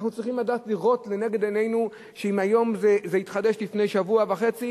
אנחנו צריכים לדעת לראות לנגד עינינו שאם זה התחדש לפני שבוע וחצי,